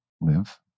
live